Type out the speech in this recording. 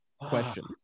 question